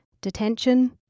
detention